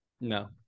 No